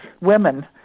women